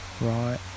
right